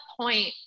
point